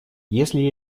если